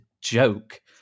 joke